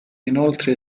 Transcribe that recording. inoltre